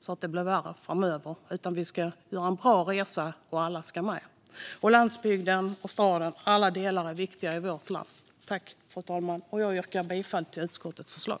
så att det blir värre framöver. Vi ska göra en bra resa, och alla ska med. Alla delar - både landsbygden och staden - är viktiga i vårt land. Jag yrkar bifall till utskottets förslag.